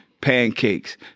pancakes